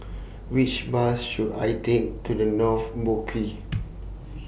Which Bus should I Take to The North Boat Quay